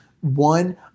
one